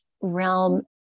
realm